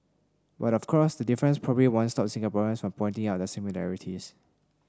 but of course the difference probably won't stop Singaporeans from pointing out the similarities